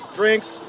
drinks